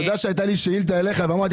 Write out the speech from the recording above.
אתה יודע שהייתה לי שאילתה אליך ואמרתי,